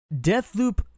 Deathloop